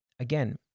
Again